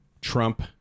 Trump